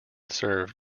serve